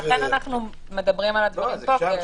לכן אנחנו מדברים על הדברים פה,